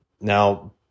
Now